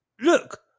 Look